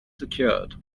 secured